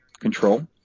control